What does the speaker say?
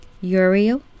Uriel